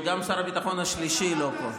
וגם שר הביטחון השלישי לא פה.